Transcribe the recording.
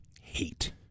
hate